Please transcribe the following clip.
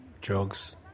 drugs